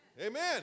Amen